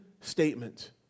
statement